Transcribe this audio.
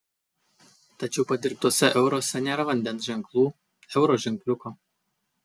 tačiau padirbtuose euruose nėra vandens ženklų euro ženkliuko